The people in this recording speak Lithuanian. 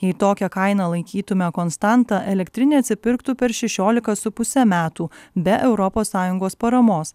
jei tokią kainą laikytumėme konstanta elektrinė atsipirktų per šešiolika su puse metų be europos sąjungos paramos